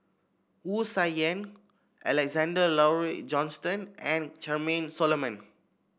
Wu Tsai Yen Alexander Laurie Johnston and Charmaine Solomon